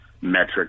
metric